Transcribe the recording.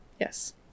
Yes